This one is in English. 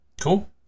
cool